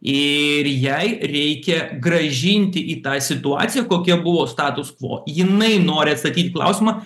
ir jai reikia grąžinti į tą situaciją kokia buvo status quo jinai nori atstatyt klausimą